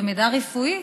במידע רפואי,